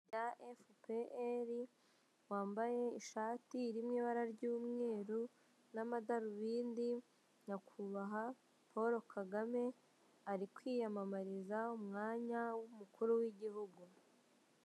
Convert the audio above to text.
FPR wambaye ishati irimo ibara ry'umweru n'amadarubindi nyakubahwa Paul Kagame ari kwiyamamariza umwanya w'umukuru w'igihugu.